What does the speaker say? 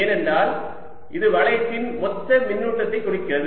ஏனென்றால் இது வளையத்தின் மொத்த மின்னூட்டத்தை குறிக்கிறது